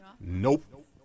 Nope